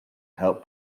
help